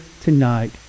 tonight